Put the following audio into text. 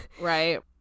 Right